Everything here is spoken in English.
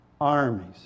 Armies